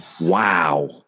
Wow